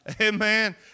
Amen